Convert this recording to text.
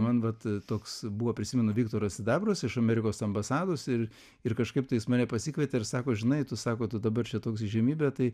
man vat toks buvo prisimenu viktoras sidabras iš amerikos ambasados ir ir kažkaip tai jis mane pasikvietė ir sako žinai tu sako tu dabar čia toks įžymybė tai